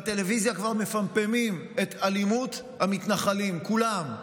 בטלוויזיה כבר מפמפמים את אלימות המתנחלים כולם,